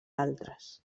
altres